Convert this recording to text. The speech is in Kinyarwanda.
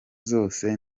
zose